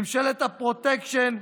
ממשלה הפרוטקשן,